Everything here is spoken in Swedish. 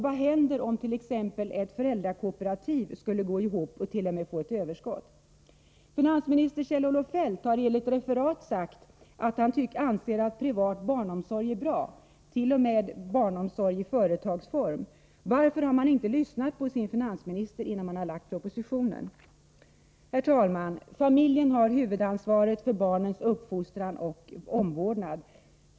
Vad händer om t.ex. ett daghem som drivs i ett föräldrakooperativ skulle gå ihop och kanske t.o.m. få ett överskott? Finansminister Kjell-Olof Feldt har enligt referat sagt att han anser att privat barnomsorg är bra, t.o.m. barnomsorg som drivs i företagsform. Varför har regeringen inte lyssnat på sin finansminister innan den presenterade propositionen? Herr talman! Familjen har huvudansvaret för barnens uppfostran och omvårdnad.